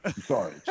sorry